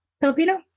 Filipino